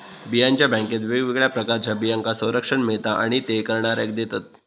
बियांच्या बॅन्केत वेगवेगळ्या प्रकारच्या बियांका संरक्षण मिळता आणि ते करणाऱ्याक देतत